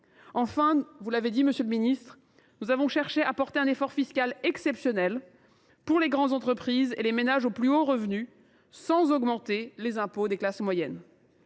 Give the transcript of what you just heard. Enfin, vous l’avez dit, monsieur le ministre, nous demandons un effort fiscal exceptionnel aux grandes entreprises et aux ménages aux plus hauts revenus, sans augmenter les impôts des classes moyennes.